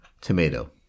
Tomato